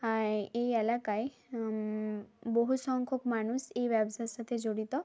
আর এই এলাকায় বহু সংখ্যক মানুষ এই ব্যবসার সাথে জড়িত